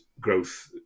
growth